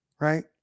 Right